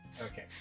Okay